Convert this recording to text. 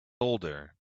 older